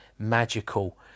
magical